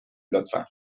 لطفا